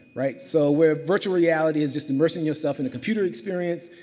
right? so, where virtual reality is just immersing yourself in the computer experience.